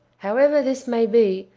however this may be,